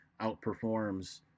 outperforms